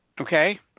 okay